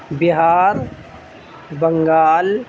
Bihar Bengal